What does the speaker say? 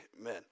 Amen